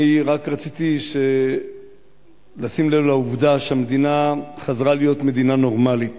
רק רציתי לשים לב לעובדה שהמדינה חזרה להיות מדינה נורמלית.